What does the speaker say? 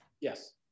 Yes